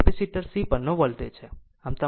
અને આ capacitor C પરનો વોલ્ટેજ છે